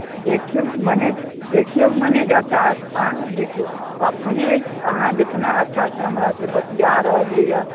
देखियौ मनैजर देखियौ मनैजर साहब अहाँ देखियौ अपने अहाँ जितना अच्छासँ हमरासँ बतिया रहलियै है